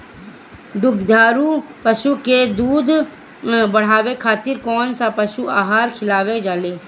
दुग्धारू पशु के दुध बढ़ावे खातिर कौन पशु आहार खिलावल जाले?